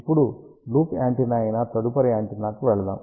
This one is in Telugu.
ఇప్పుడు లూప్ యాంటెన్నా అయిన తదుపరి యాంటెన్నాకు వెళ్దాం